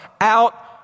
out